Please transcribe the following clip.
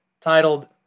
titled